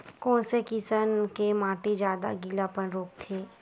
कोन से किसम के माटी ज्यादा गीलापन रोकथे?